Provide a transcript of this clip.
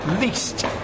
least